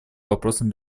вопросам